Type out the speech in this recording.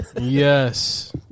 yes